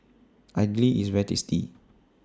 Idly IS very tasty